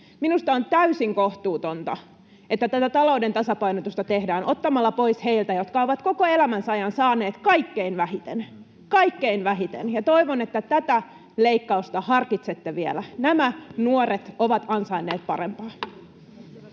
Minusta on täysin kohtuutonta, että tätä talouden tasapainotusta tehdään ottamalla pois heiltä, jotka ovat koko elämänsä ajan saaneet kaikkein vähiten — kaikkein vähiten — ja toivon, että tätä leikkausta harkitsette vielä. Nämä nuoret ovat ansainneet parempaa.